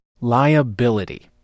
Liability